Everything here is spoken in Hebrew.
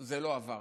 זה לא עבר.